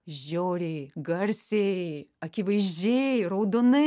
žiauriai garsiai akivaizdžiai raudonai